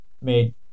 made